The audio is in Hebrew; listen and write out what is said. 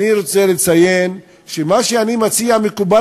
אני רוצה לציין שמה שאני מציע מקובל